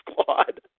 Squad